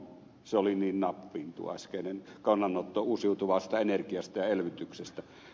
se oli niin nappiin tuo äskeinen kannanotto uusiutuvasta energiasta ja elvytyksestä